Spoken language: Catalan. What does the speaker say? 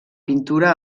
pintura